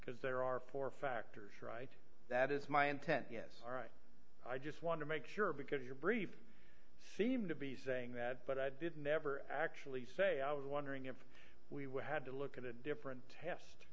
because there are four factors right that is my intent is all right i just want to make sure because your brief seem to be saying that but i did never actually say i was wondering if we would have to look at a different test